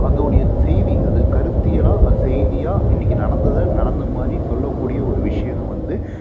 அதோடைய செய்தி அது கருத்தியலா அது செய்தியா இன்றைக்கி நடந்ததை நடந்த மாதிரி சொல்லக்கூடிய ஒரு விஷியம்னு வந்து